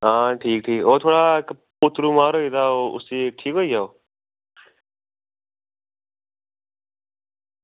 आं ठीक ठीक ओह् थुआढ़ा पोत्तरू बमार होई ओह् उसी ठीक होई दा हा